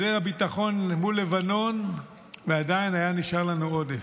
הביטחון מול גבול לבנון ועדיין היה נשאר לנו עודף,